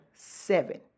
Seven